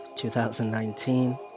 2019